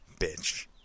bitch